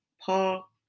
Paul